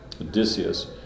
Odysseus